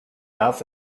mouth